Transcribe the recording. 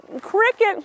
cricket